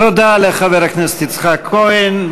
תודה לחבר הכנסת יצחק כהן.